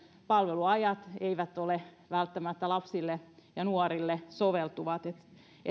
palveluajat eivät ole välttämättä lapsille ja nuorille soveltuvia